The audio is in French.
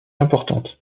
importante